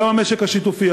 גם במשק השיתופי.